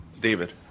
David